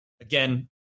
again